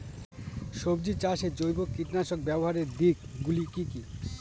সবজি চাষে জৈব কীটনাশক ব্যাবহারের দিক গুলি কি কী?